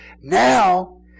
Now